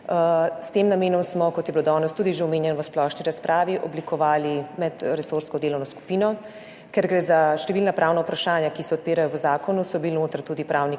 S tem namenom smo, kot je bilo danes tudi že omenjeno v splošni razpravi, oblikovali medresorsko delovno skupino. Ker gre za številna pravna vprašanja, ki se odpirajo v zakonu, so bili notri tudi pravniki